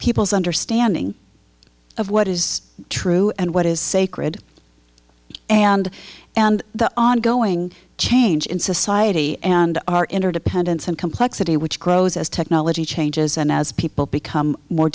people's understanding of what is true and what is sacred and and the ongoing change in society and our interdependence and complexity which grows as technology changes and as people become more